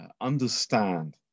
understand